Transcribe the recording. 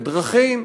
ודרכים,